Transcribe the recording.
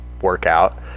workout